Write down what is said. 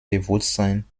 bewusstsein